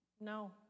No